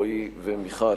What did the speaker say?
רועי ומיכל.